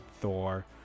Thor